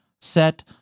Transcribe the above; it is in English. set